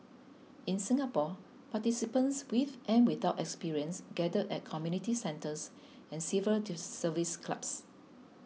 in Singapore participants with and without experience gathered at community centres and civil service clubs